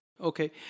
Okay